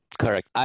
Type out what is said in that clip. Correct